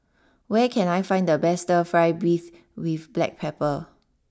where can I find the best Fry Beef with Black Pepper